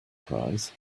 prize